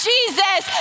Jesus